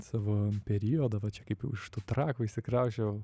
savo periodą va čia kaip iš tų trakų išsikrauščiau